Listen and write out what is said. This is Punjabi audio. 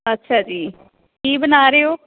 ਅੱਛਾ ਜੀ ਕੀ ਬਣਾ ਰਹੇ ਹੋ